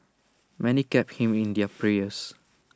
many kept him in their prayers